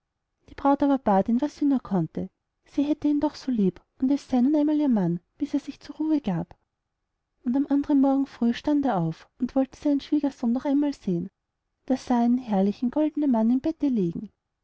die braut aber bat ihn was sie nur konnte sie hätte ihn doch so lieb und es sey nun einmal ihr mann bis er sich zur ruhe gab und am andern morgen früh stand er auf und wollte seinen schwiegersohn noch einmal sehen da sah er einen herrlichen goldenen mann im bette liegen